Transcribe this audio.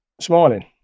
smiling